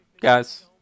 guys